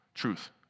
truth